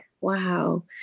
wow